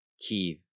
Kiev